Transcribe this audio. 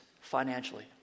financially